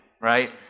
right